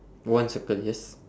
one circle yes